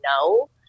no